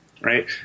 right